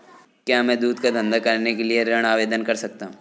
क्या मैं दूध का धंधा करने के लिए ऋण आवेदन कर सकता हूँ?